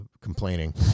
complaining